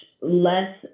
less